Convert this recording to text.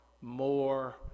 more